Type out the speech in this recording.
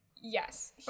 Yes